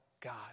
God